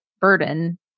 burden